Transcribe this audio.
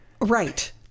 Right